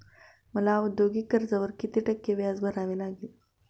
मला औद्योगिक कर्जावर किती टक्के व्याज भरावे लागेल?